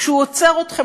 כשהוא עוצר אתכם,